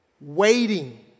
waiting